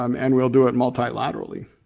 um and we'll do it multilaterally.